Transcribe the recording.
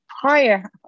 prior